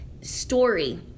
story